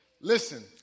Listen